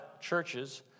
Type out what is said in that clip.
churches